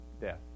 death